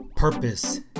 Purpose